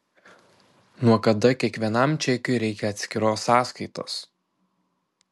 nuo kada kiekvienam čekiui reikia atskiros sąskaitos